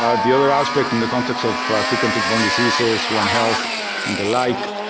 um the other aspect in the context of tick and tick-borne diseases, one health and the like,